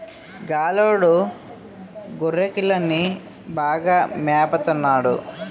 గొల్లోడు గొర్రెకిలని బాగా మేపత న్నాడు